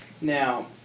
Now